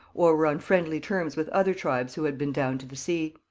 or were on friendly terms with other tribes who had been down to the sea.